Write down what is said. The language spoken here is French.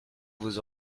vous